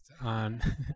on